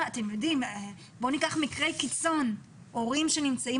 בואו ניקח מקרה קיצון של הורים שנמצאים